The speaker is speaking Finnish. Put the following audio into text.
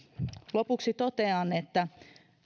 lopuksi totean että